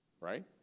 right